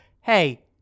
hey